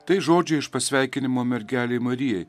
tai žodžiai iš pasveikinimo mergelei marijai